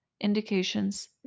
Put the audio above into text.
Indications